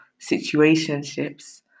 situationships